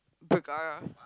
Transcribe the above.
Ryan-Bergara